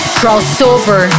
crossover